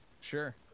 Sure